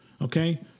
okay